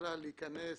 בכלל להיכנס